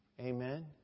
Amen